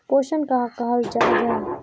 पोषण कहाक कहाल जाहा जाहा?